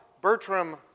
Bertram